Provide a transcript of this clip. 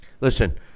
Listen